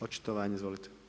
Očitovanje, izvolite.